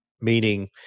meaning